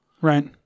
Right